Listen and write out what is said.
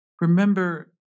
remember